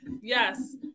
yes